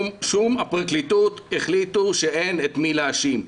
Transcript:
הפרקליטות החליטה שאין את מי להאשים.